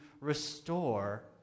restore